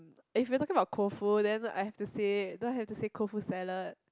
if you are talking about cold food then I have to say then I have to say cold food salad